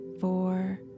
four